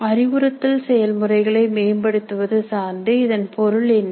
அறிவுறுத்தல் செயல்முறைகளை மேம்படுத்துவது சார்ந்து இதன் பொருள் என்ன